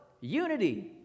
Unity